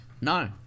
no